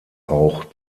auch